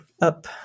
up